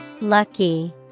Lucky